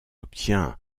obtient